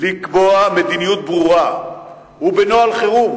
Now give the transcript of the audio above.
לקבוע מדיניות ברורה ובנוהל חירום